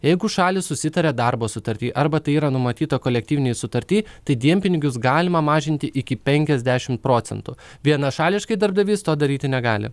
jeigu šalys susitaria darbo sutarty arba tai yra numatyta kolektyvinėje sutarty tai dienpinigius galima mažinti iki penkiasdešim procentų vienašališkai darbdavys to daryti negali